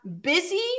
busy